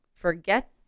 Forget